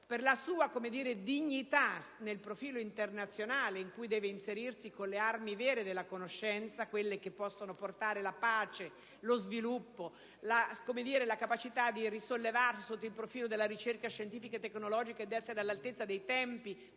per la sua dignità nel contesto internazionale in cui deve inserirsi con le armi vere della conoscenza, quelle che possono portare la pace, lo sviluppo, la capacità di risollevarsi sotto il profilo della ricerca scientifica, tecnologica ed essere all'altezza dei tempi